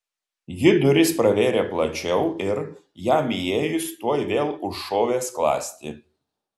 ji duris pravėrė plačiau ir jam įėjus tuoj vėl užšovė skląstį